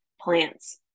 plants